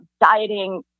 dieting